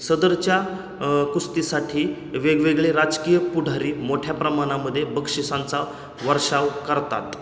सदरच्या कुस्तीसाठी वेगवेगळे राजकीय पुढारी मोठ्या प्रमाणामध्ये बक्षिसांचा वर्षाव करतात